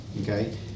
okay